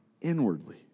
inwardly